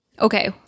Okay